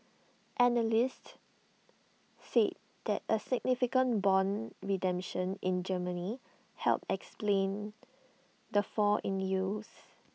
analysts said that A significant Bond redemption in Germany helped explain the fall in yields